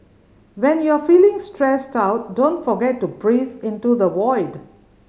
when you are feeling stressed out don't forget to breathe into the void